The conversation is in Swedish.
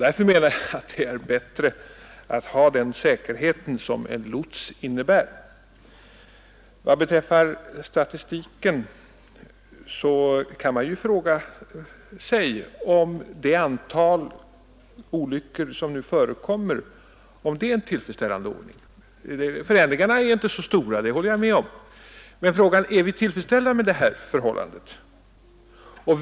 Därför menar jag att det är bättre att ha den säkerhet som en lots innebär. Vad beträffar statistiken kan man ju fråga sig om det antal olyckor som nu förekommer är tillfredsställande. Förändringarna är inte så stora — det håller jag med om — men frågan är: Är vi till freds med det här förhållandet?